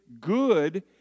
good